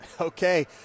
Okay